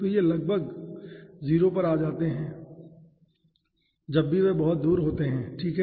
और ये 0 लगभग 0 पर आ जाते हैं जब भी वे बहुत दूर होते हैं ठीक है